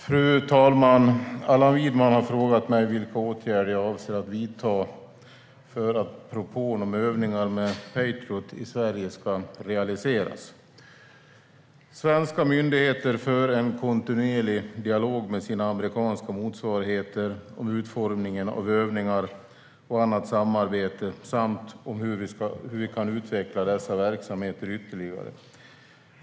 Fru talman! Allan Widman har frågat mig vilka åtgärder jag avser att vidta för att propån om övningar med Patriot i Sverige ska realiseras. Svenska myndigheter för en kontinuerlig dialog med sina amerikanska motsvarigheter om utformningen av övningar och annat samarbete samt om hur vi kan utveckla dessa verksamheter ytterligare.